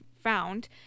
found